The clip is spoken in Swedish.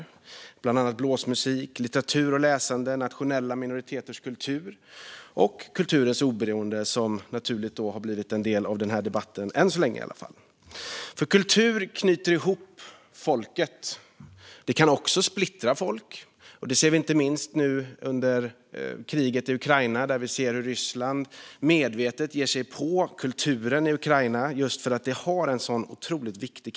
Det är bland annat blåsmusik, litteratur och läsande, nationella minoriteters kultur och kulturens oberoende, som naturligt nog blivit del av den här debatten hittills. Kulturen knyter ihop folket. Den kan också splittra folket - det ser vi inte minst nu under kriget i Ukraina, där Ryssland medvetet ger sig på kulturen i Ukraina just för att den har en sådan otrolig kraft.